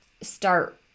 start